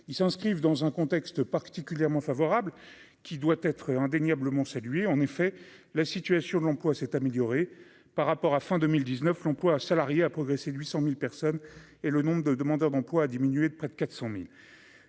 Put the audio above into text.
ils s'inscrivent dans un contexte particulièrement favorable qui doit être indéniablement, lui, en effet, la situation de l'emploi s'est amélioré par rapport à fin 2019, l'emploi salarié a progressé 800000 personnes et le nombre de demandeurs d'emploi a diminué de près de 400000